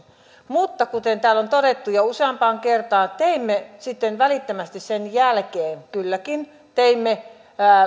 mutta kuten täällä on todettu jo useampaan kertaan teimme sitten välittömästi sen jälkeen kylläkin